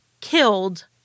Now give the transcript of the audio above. killed